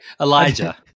Elijah